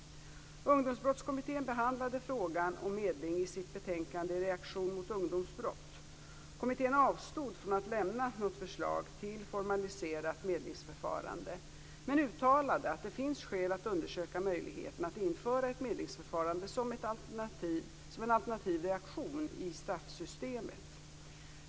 . Kommittén avstod från att lämna något förslag till formaliserat medlingsförfarande men uttalade att det finns skäl att undersöka möjligheten att införa ett medlingsförfarande som en alternativ reaktion i straffsystemet.